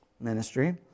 ministry